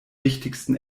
wichtigsten